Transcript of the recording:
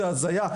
זו הזיה.